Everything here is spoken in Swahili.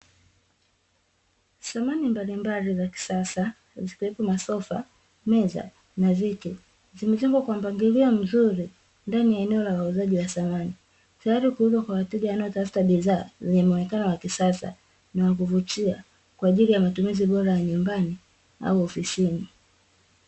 Samani mbalimbali za kisasa zikiwepo masofa, meza, na viti, zimechongwa kwa mpangilio mzuri ndani ya eneo la wauzaji wa samani, tayari kuuzwa kwa wateja wanaotafuta bidhaa zenye muonekano wa kisasa na wa kuvutia, kwa ajili ya matumizi bora ya nyumbani au ofisini.